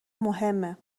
مهمه